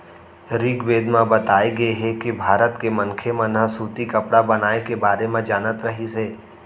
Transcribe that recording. ऋगवेद म बताए गे हे के भारत के मनखे मन ह सूती कपड़ा बनाए के बारे म जानत रहिस हे